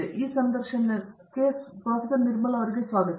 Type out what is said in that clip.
ಆದ್ದರಿಂದ ಈ ಸಂದರ್ಶನಕ್ಕೆ ಸ್ವಾಗತ